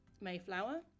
Mayflower